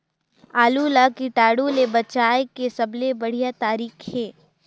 आलू ला कीटाणु ले बचाय के सबले बढ़िया तारीक हे?